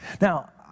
Now